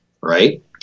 Right